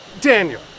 Daniel